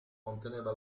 conteneva